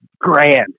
grand